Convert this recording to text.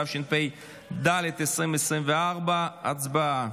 התשפ"ד 2024. הצבעה.